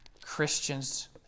Christians